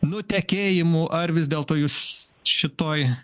nutekėjimų ar vis dėlto jūs šitoj